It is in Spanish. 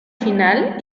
final